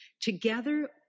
together